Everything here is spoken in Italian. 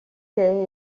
che